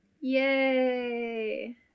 Yay